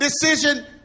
decision